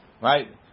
Right